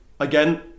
Again